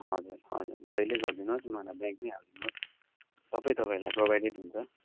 हजुर हजुर जहिले गरिदिनुहोस् मलाई ब्याङ्कमै हालिदिनुहोस् सबै तपाईँलाई प्रोभाइडेड हुन्छ